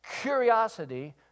Curiosity